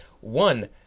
One